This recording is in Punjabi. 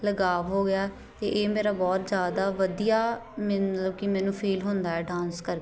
ਲਗਾਵ ਹੋ ਗਿਆ ਅਤੇ ਇਹ ਮੇਰਾ ਬਹੁਤ ਜ਼ਿਆਦਾ ਵਧੀਆ ਮੀ ਮਤਲਬ ਕਿ ਮੈਨੂੰ ਫੀਲ ਹੁੰਦਾ ਹੈ ਡਾਂਸ ਕਰਕੇ